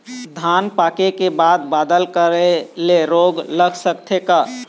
धान पाके के बाद बादल करे ले रोग लग सकथे का?